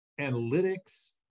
analytics